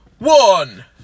one